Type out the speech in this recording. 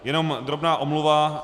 Jenom drobná omluva.